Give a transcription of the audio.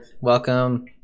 welcome